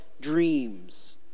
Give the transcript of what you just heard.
dreams